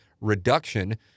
reduction